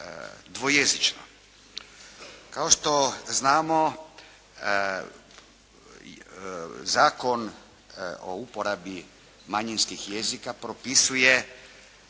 dvojezično. Kao što znamo Zakon o uporabi manjinskih jezika propisuje